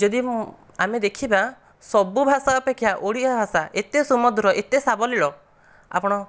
ଯଦି ଆମେ ଦେଖିବା ସବୁ ଭାଷା ଅପେକ୍ଷା ଓଡ଼ିଆ ଭାଷା ଏତେ ସୁମଧୁର ଏତେ ସାବଲୀଳ ଆପଣ